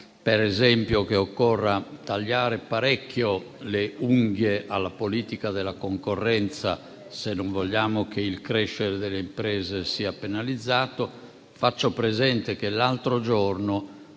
oppure che occorra tagliare parecchio le unghie alla politica della concorrenza se non vogliamo che il crescere delle imprese sia penalizzato. Faccio presente che l'altro giorno